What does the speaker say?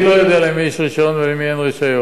אני לא יודע למי יש רשיון ולמי אין רשיון,